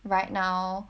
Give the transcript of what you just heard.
right now